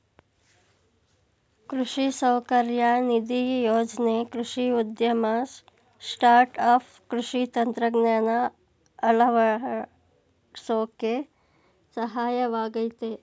ಕೃಷಿ ಸೌಕರ್ಯ ನಿಧಿ ಯೋಜ್ನೆ ಕೃಷಿ ಉದ್ಯಮ ಸ್ಟಾರ್ಟ್ಆಪ್ ಕೃಷಿ ತಂತ್ರಜ್ಞಾನ ಅಳವಡ್ಸೋಕೆ ಸಹಾಯವಾಗಯ್ತೆ